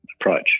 approach